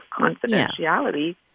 confidentiality